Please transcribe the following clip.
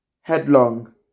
headlong